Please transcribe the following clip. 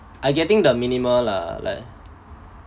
I getting the minimal lah like